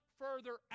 further